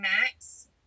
max